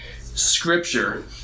scripture